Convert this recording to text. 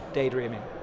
daydreaming